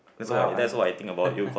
well I mean